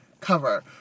cover